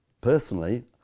Personally